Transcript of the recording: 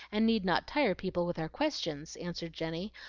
and need not tire people with our questions, answered jenny,